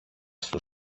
στο